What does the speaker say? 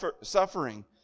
suffering